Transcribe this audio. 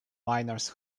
minors